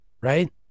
right